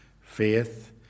faith